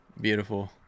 Beautiful